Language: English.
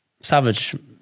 savage